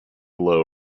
low